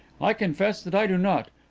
i confess that i do not.